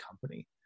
company